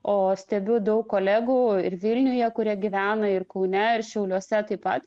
o stebiu daug kolegų ir vilniuje kurie gyvena ir kaune ir šiauliuose taip pat